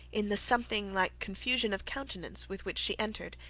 in the something like confusion of countenance with which she entered,